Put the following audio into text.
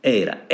era